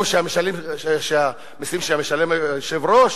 או מהמסים שמשלם היושב-ראש?